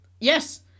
Yes